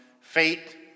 Fate